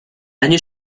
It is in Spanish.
año